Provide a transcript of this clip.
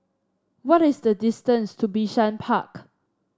what is the distance to Bishan Park